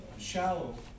shallow